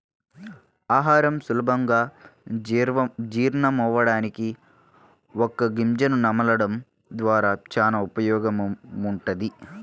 ఆహారం సులభంగా జీర్ణమవ్వడానికి వక్క గింజను నమలడం ద్వారా చానా ఉపయోగముంటది